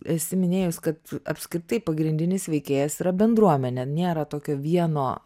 esi minėjus kad apskritai pagrindinis veikėjas yra bendruomenė nėra tokio vieno